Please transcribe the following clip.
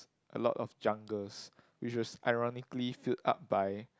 a lot of jungles which was ironically filled up by